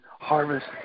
harvest